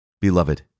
Beloved